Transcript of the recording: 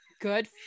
Good